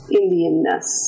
indianness